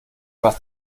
was